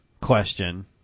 question